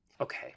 okay